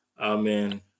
Amen